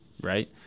right